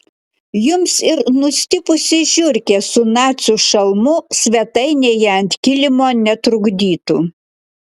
jums ir nustipusi žiurkė su nacių šalmu svetainėje ant kilimo netrukdytų